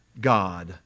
God